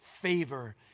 favor